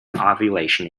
ovulation